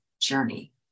journey